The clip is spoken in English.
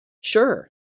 Sure